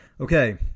Okay